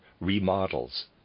remodels